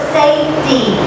safety